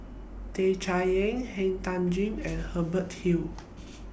Tan Chay Yan Han Tan Juan and Hubert Hill